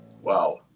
wow